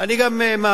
אני גם מעריך,